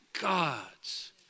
God's